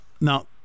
Now